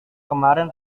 kemarin